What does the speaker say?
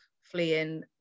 fleeing